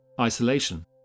Isolation